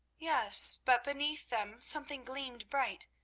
yes but beneath them something gleamed bright,